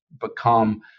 become